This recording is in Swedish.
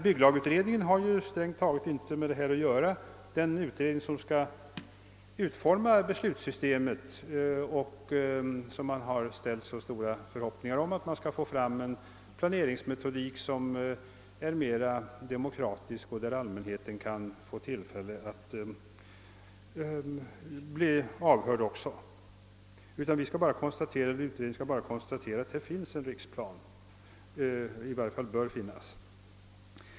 Bygglagutredningen har sålunda strängt taget inte med detta att göra, trots att utredningen skall utforma beslutssystemet och trots att det ställts så stora förhoppningar på att man skall få en planeringsmetodik som är mera demokratisk och.som ger möjlighet för allmänheten att göra sin stämma hörd. Utredningen skall. bara konstatera att det i varje fall bör finnas en riksplan.